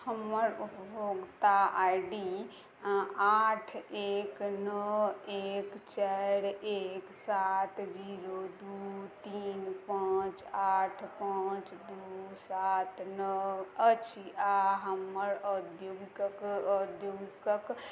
हमर उपभोक्ता I D आठ एक नओ एक चारि एक सात जीरो दुइ तीन पाँच आठ पाँच दुइ सात नओ अछि आओर हमर औद्योगिकक औद्योगिकक